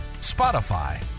Spotify